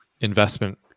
investment